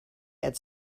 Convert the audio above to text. had